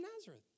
Nazareth